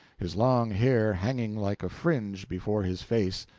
his long hair hanging like a fringe before his face,